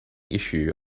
issue